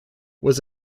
was